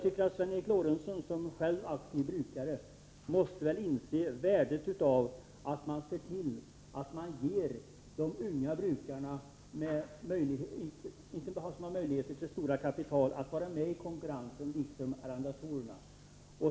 Sven Eric Lorentzon, som själv är aktiv brukare, måste väl inse värdet av att ge de unga brukarna liksom arrendatorerna, och inte bara dem som förfogar över stora kapital, möjlighet att vara med i konkurrensen.